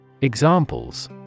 Examples